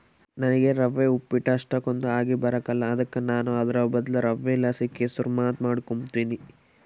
ನನಿಗೆ ರವೆ ಉಪ್ಪಿಟ್ಟು ಅಷ್ಟಕೊಂದ್ ಆಗಿಬರಕಲ್ಲ ಅದುಕ ನಾನು ಅದುರ್ ಬದ್ಲು ರವೆಲಾಸಿ ಕೆಸುರ್ಮಾತ್ ಮಾಡಿಕೆಂಬ್ತೀನಿ